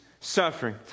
Suffering